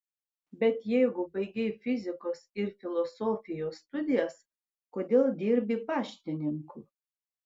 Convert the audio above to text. bet jeigu baigei fizikos ir filosofijos studijas kodėl dirbi paštininku